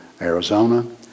Arizona